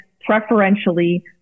preferentially